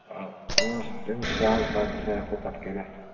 آ وۅنۍ اوس تَمیُک سہل پتہٕ سُہ ہٮ۪کَو پتہٕ کٔرِتھ